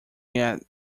yet